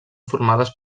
formades